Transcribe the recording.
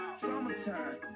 Summertime